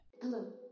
Hello